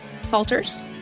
Salters